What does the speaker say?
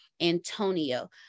Antonio